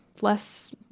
less